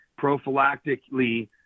prophylactically